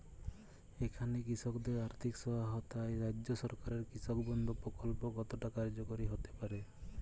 এখানে কৃষকদের আর্থিক সহায়তায় রাজ্য সরকারের কৃষক বন্ধু প্রক্ল্প কতটা কার্যকরী হতে পারে?